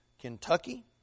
Kentucky